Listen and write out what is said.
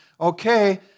okay